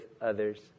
others